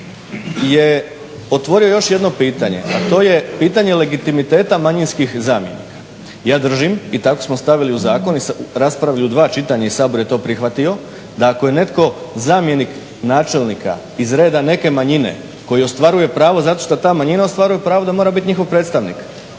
je otvorio još jedno pitanje, a to je pitanje legitimiteta manjinskih zamjenika. Ja držim i tako smo stavili u zakon i raspravili u dva čitanja i Sabor je to prihvatio, da ako je netko zamjenik načelnika iz reda neke manjine koji ostvaruje pravo zato što ta manjina ostvaruje pravo da mora bit njihov predstavnik.